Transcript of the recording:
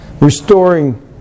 restoring